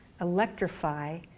electrify